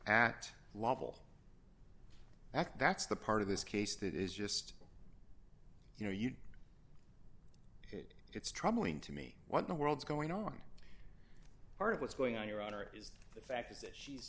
at level that that's the part of this case that is just you know you did it it's troubling to me what the world's going on part of what's going on your honor is the fact is that she's